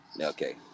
Okay